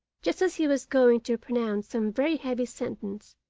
just as he was going to pronounce some very heavy sentence,